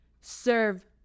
serve